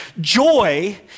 Joy